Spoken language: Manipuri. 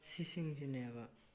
ꯁꯤ ꯁꯤꯡꯁꯤꯅꯦꯕ